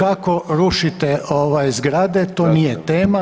Kako rušite zgrade to nije tema.